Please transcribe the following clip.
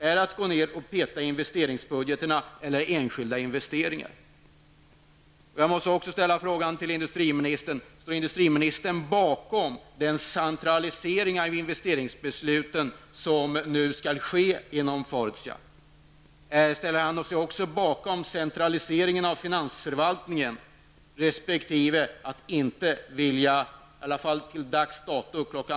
Är det att gå och peta i investeringsbudgetarna eller enskilda investeringar? Jag måste vidare fråga industriministern: Står industriministern bakom den centralisering av investeringsbesluten som nu skall ske inom Fortia? Ställer sig industriministern bakom centraliseringen av finansförvaltningen? I alla fall till dags datum kl.